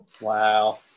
Wow